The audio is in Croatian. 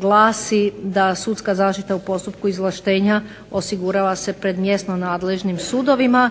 glasi da sudska zaštita u postupku izvlaštenja osigurava se pred mjesno nadležnim sudovima.